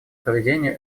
проведению